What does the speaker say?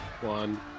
One